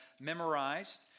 memorized